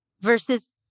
versus